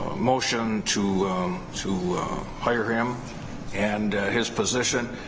motion to to hire him and his position.